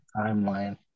timeline